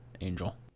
Angel